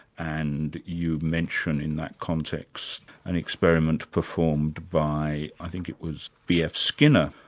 and you mention in that context an experiment performed by i think it was b. f. skinner,